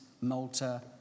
Malta